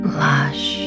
lush